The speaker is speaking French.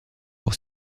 pour